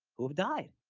who have died?